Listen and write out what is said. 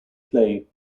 play